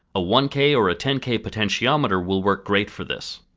a one k or a ten k potentiometer will work great for this.